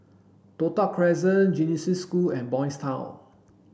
Toh Tuck Crescent Genesis School and Boys' Town